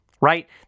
right